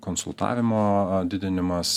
konsultavimo didinimas